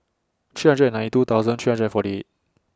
three hundred and ninety two thousand three hundred and forty eight